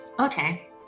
Okay